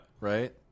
Right